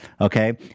okay